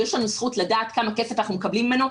יש לנו זכות לדעת כמה כסף אנחנו מקבלים ממנו,